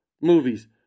movies